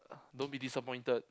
don't be disappointed